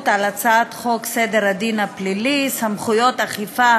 על הצעת חוק סדר הדין הפלילי (סמכויות אכיפה,